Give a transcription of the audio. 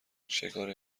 شکار